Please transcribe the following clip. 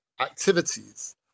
activities